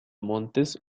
montes